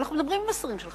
אנחנו מדברים עם השרים שלך,